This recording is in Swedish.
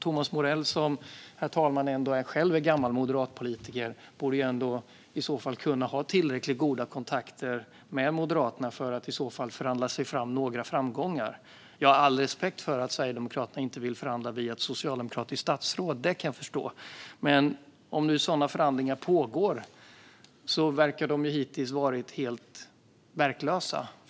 Thomas Morell är själv gammal moderatpolitiker, herr talman, och borde ändå ha tillräckligt goda kontakter med Moderaterna för att kunna förhandla sig till några framgångar. Jag har all respekt för att Sverigedemokraterna inte vill förhandla via ett socialdemokratiskt statsråd. Det kan jag förstå. Men om sådana förhandlingar pågår tycks de hittills ha varit helt verkningslösa.